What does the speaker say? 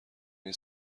این